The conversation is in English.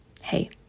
hey